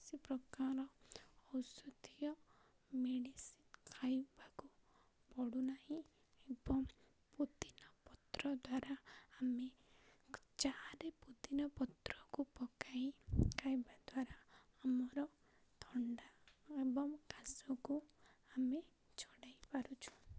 କୌଣସି ପ୍ରକାର ଔଷଧୀୟ ମେଡ଼ିସିନ୍ ଖାଇବାକୁ ପଡ଼ୁନାହିଁ ଏବଂ ପୋଦିନା ପତ୍ର ଦ୍ୱାରା ଆମେ ଚାହାରେ ପୋଦିନା ପତ୍ରକୁ ପକାଇ ଖାଇବା ଦ୍ୱାରା ଆମର ଥଣ୍ଡା ଏବଂ କାଶକୁ ଆମେ ଛଡ଼େଇ ପାରୁଛୁ